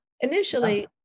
initially